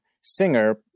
Singer